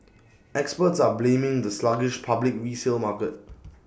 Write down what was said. experts are blaming the sluggish public resale market